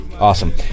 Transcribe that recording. Awesome